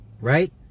right